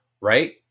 right